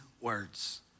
words